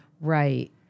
Right